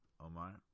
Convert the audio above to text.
Omar